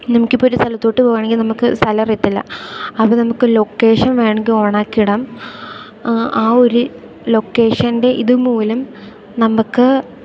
നമുക്കിപ്പോൾ ഒരു സ്ഥലത്തോട്ട് പോകണമെങ്കിൽ നമുക്ക് സ്ഥലം അറിയത്തില്ല അപ്പോൾ നമുക്ക് ലൊക്കേഷൻ വേണമെങ്കിൽ ഓണാക്കിയിടാം ആ ആ ഒരു ലൊക്കേഷൻ്റെ ഇതു മൂലം നമ്മൾക്ക്